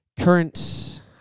current